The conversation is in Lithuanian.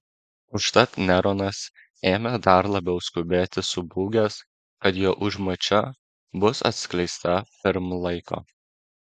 užtat neronas ėmė dar labiau skubėti subūgęs kad jo užmačia bus atskleista pirm laiko